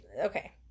okay